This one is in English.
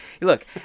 Look